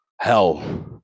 hell